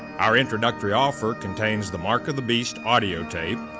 our introductory offer contains the mark of the beast audio tape,